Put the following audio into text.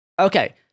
Okay